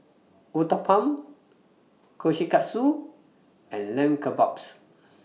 Uthapam Kushikatsu and Lamb Kebabs